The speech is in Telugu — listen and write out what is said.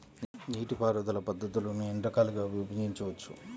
నీటిపారుదల పద్ధతులను ఎన్ని రకాలుగా విభజించవచ్చు?